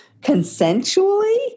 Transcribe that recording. consensually